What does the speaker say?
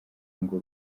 ngo